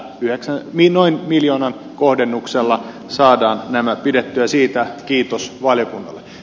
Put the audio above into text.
nyt tällä noin miljoonan kohdennuksella saadaan nämä pidettyä siitä kiitos valiokunnalle